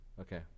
Okay